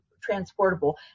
transportable